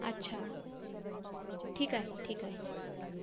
अच्छा ठीक आहे ठीक आहे